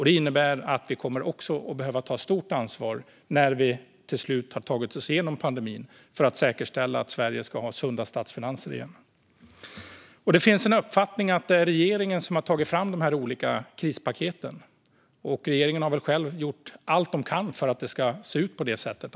Det innebär också att vi kommer att behöva ta stort ansvar när vi till slut har tagit oss igenom pandemin för att säkerställa att Sverige ska ha sunda statsfinanser igen. Det finns en uppfattning om att det är regeringen som har tagit fram de olika krispaketen. Regeringen har väl också själva gjort allt de kunnat för att det ska se ut på det sättet.